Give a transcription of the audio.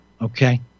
Okay